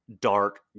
dark